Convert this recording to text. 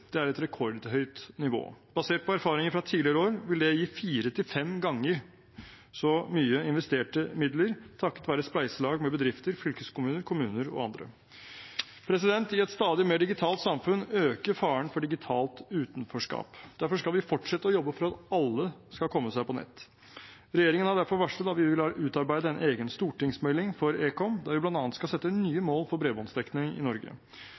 Det er et rekordhøyt nivå. Basert på erfaringer fra tidligere år vil det gi fire til fem ganger så mye investerte midler, takket være spleiselag med bedrifter, fylkeskommuner, kommuner og andre. I et stadig mer digitalt samfunn øker faren for digitalt utenforskap. Derfor skal vi fortsette å jobbe for at alle skal komme seg på nett. Regjeringen har derfor varslet at vi vil utarbeide en egen stortingsmelding for ekom, der vi bl.a. skal sette nye mål for bredbåndsdekning i Norge.